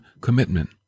commitment